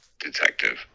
Detective